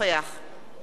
ליה שמטוב,